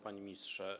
Panie Ministrze!